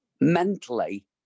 mentally